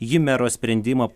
ji mero sprendimą